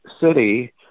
city